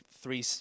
three